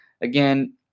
Again